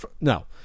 no